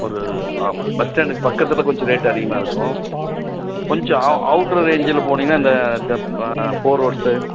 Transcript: ஒரு ஆமாம் பஸ் ஸ்டாண்டுக்கு பக்கத்தில் கொஞ்சம் ரேட்டு அதிகமாக இருக்கும் கொஞ்சம் அவ் அவுட்டர் ரேஞ்சில் போனீங்கன்னா இந்த த பா ஃபோர் ரோட்ஸு